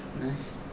Nice